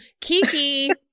Kiki